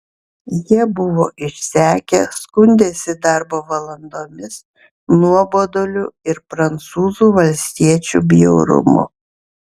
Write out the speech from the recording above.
jie buvo išsekę skundėsi darbo valandomis nuoboduliu ir prancūzų valstiečių bjaurumu